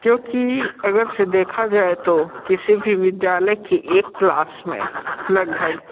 क्योंकि अगर से देखा जाए तो किसी भी विद्यालय की एक क्लास में लगभग